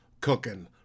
cooking